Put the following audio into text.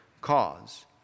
cause